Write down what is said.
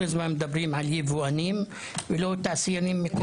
הזמן מדברים על ייבואנים ולא תעשיינים?